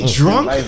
drunk